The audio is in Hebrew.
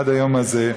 עד היום הזה.